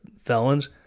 felons